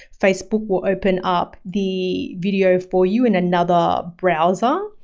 facebook will open up the video for you in another browser.